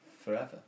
forever